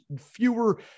fewer